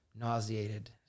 nauseated